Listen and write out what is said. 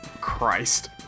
Christ